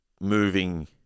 moving